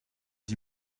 dix